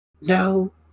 No